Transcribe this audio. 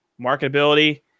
Marketability